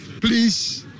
please